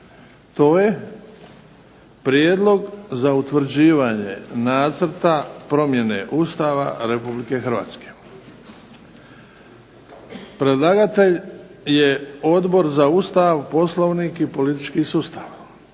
to je - Prijedlog za utvrđivanje Nacrta promjene Ustava Republike Hrvatske, Predlagatelj: Odbor za Ustav, poslovnik i politički sustav